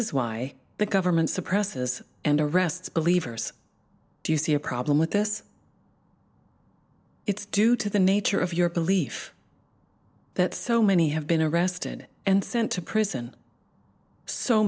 is why the government suppresses and arrests believers do you see a problem with this its due to the nature of your belief that so many have been arrested and sent to prison so